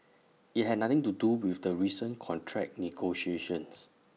IT had nothing to do with the recent contract negotiations